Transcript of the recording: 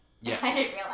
yes